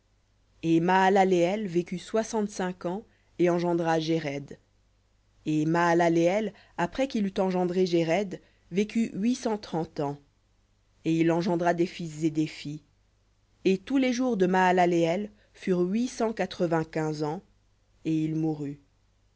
et mahalaleël vécut soixante-cinq ans et engendra jéred et mahalaleël après qu'il eut engendré jéred vécut huit cent trente ans et il engendra des fils et des filles et tous les jours de mahalaleël furent huit cent quatre-vingt-quinze ans et il mourut